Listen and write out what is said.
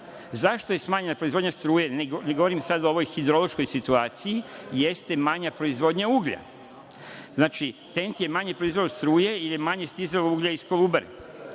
zašto je smanjena proizvodnja struje, ne govorim sad o ovoj hidrološkoj situaciji, jeste manja proizvodnja uglja. Znači, TENT je manje proizveo struje jer je manje stizalo uglja iz Kolubare.